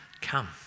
Come